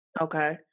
Okay